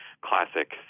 classic